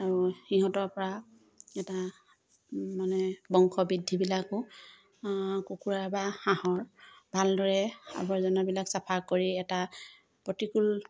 আৰু সিহঁতৰ পৰা এটা মানে বংশ বৃদ্ধিবিলাকো কুকুৰা বা হাঁহৰ ভালদৰে আৱৰ্জনাবিলাক চাফা কৰি এটা প্ৰতিকূল